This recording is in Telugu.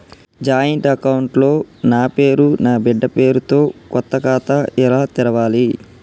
జాయింట్ అకౌంట్ లో నా పేరు నా బిడ్డే పేరు తో కొత్త ఖాతా ఎలా తెరవాలి?